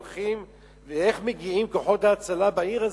איך מגיעים כוחות ההצלה בעיר הזאת?